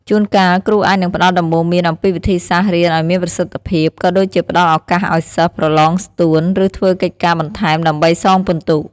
ជូនកាល គ្រូអាចនឹងផ្តល់ដំបូន្មានអំពីវិធីសាស្រ្តរៀនឲ្យមានប្រសិទ្ធភាព ក៏ដូចជាផ្តល់ឱកាសឲ្យសិស្ស ប្រឡងស្ទួន ឬធ្វើកិច្ចការបន្ថែមដើម្បីសងពិន្ទុ។